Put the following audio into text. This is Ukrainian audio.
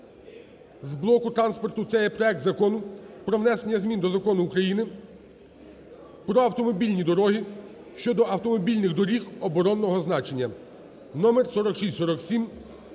з блоку транспорту, це є проект Закону про внесення змін до Закону України "Про автомобільні дороги" щодо автомобільних доріг оборонного значення